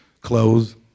clothes